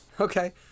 Okay